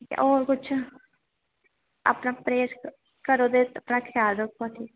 होर कुछ अपना परहेज करो ते अपना ख्याल रक्खो ठीक